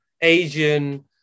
Asian